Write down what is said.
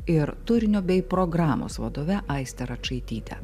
ir turinio bei programos vadove aiste račaityte